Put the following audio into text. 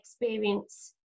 experience